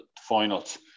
finals